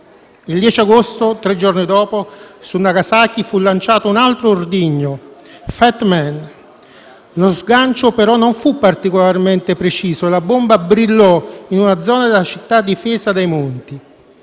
Il 10 agosto, tre giorni dopo, su Nagasaki fu lanciato un altro ordigno, «Fat Man». Lo sgancio, però, non fu particolarmente preciso e la bomba brillò in una zona della città difesa dai monti.